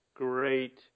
great